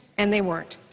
and they weren't.